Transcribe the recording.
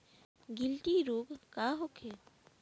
गिलटी रोग का होखे?